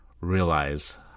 realize